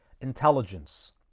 intelligence